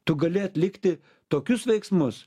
tu gali atlikti tokius veiksmus